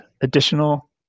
additional